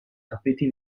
tappeti